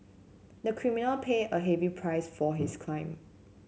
the criminal paid a heavy price for his crime